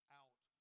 out